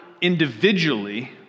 individually